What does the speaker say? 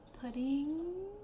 pudding